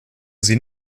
sie